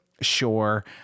sure